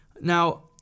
Now